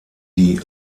die